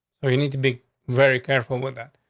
so you need to be very careful with that.